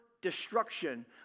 destruction